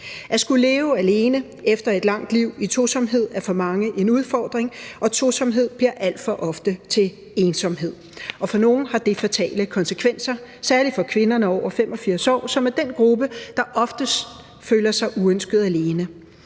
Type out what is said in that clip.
At skulle leve alene efter et langt liv i tosomhed er for mange en udfordring, og tosomhed bliver alt for ofte til ensomhed, og for nogle har det fatale konsekvenser, særlig for kvinderne over 85 år, som er den gruppe, der oftest føler sig uønsket alene.